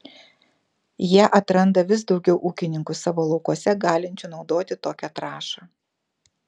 ją atranda vis daugiau ūkininkų savo laukuose galinčių naudoti tokią trąšą